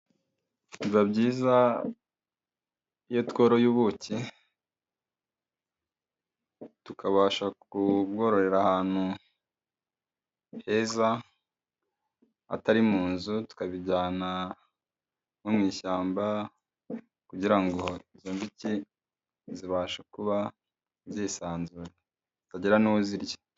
Biba byiza iyo tworoye ubuki, tukabasha kubwororera ahantu heza hatari mu nzu, tukabijyana no mu ishyamba kugira ngo inzuki zibashe kuba zisanzuye, zitagira n'uwo zirya.